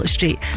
Street